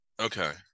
Okay